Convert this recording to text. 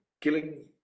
killing